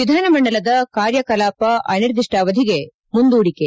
ವಿಧಾನಮಂಡಲದ ಕಾರ್ಯ ಕಲಾಪ ಅನಿರ್ದಿಷ್ಟಾವಧಿಗೆ ಮುಂದೂಡಿಕೆ